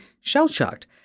shell-shocked